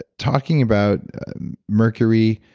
ah talking about mercury,